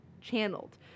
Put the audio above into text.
channeled